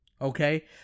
Okay